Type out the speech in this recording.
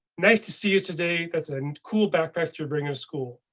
nice to see you today. that's and cool backpacks. you're bringing school.